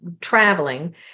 traveling